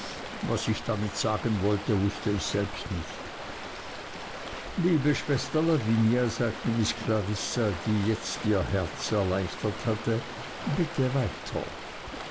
was ich damit sagen wollte wußte ich selbst nicht liebe schwester lavinia sagte miß clarissa die jetzt ihr herz erleichtert hatte bitte weiter